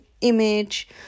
image